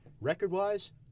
Record-wise